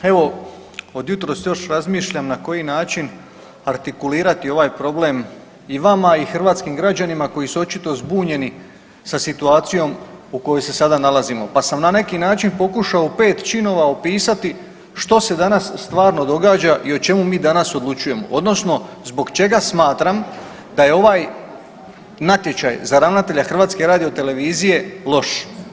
Evo od jutros još razmišljam na koji način artikulirati ovaj problem i vama i hrvatskim građanima koji su očito zbunjeni sa situacijom u kojoj se sada nalazimo, pa sam na neki način pokušao u 5 činova opisati što se danas stvarno događa i o čemu mi danas odlučujemo odnosno zbog čega smatram da je ovaj natječaj za ravnatelja HRT-a loš.